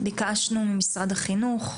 ביקשנו ממשרד החינוך,